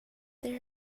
there